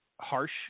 harsh